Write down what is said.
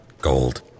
gold